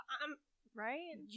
Right